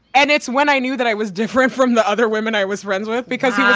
and it's when i knew that i was different from the other women i was friends with because he